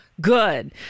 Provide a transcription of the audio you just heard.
good